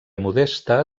modesta